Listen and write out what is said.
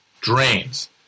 drains